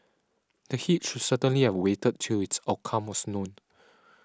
the should certainly have waited till its outcome was known